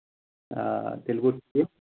آ آ تیٚلہِ گوٚو ٹھیٖک